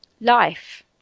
life